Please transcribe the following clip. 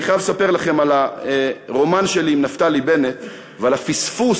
אני חייב לספר לכם על הרומן שלי עם נפתלי בנט ועל הפספוס